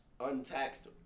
untaxed